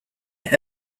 east